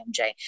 MJ